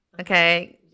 Okay